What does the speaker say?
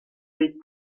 les